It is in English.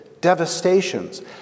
Devastations